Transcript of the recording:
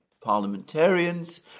parliamentarians